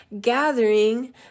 gathering